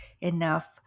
enough